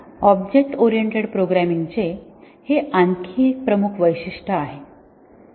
object oriented प्रोग्रामिंगचे हे आणखी एक प्रमुख वैशिष्ट्यआहे